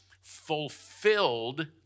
fulfilled